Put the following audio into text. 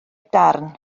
darn